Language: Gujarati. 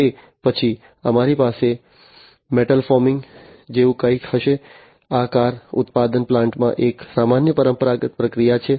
તે પછી અમારી પાસે મેટલ ફોમિંગ જેવું કંઈક હશે આ કાર ઉત્પાદન પ્લાન્ટમાં એક સામાન્ય પરંપરાગત પ્રક્રિયા છે